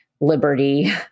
liberty